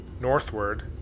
northward